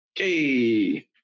Okay